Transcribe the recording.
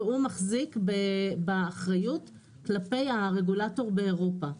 והוא מחזיק באחריות כלפי הרגולטור באירופה.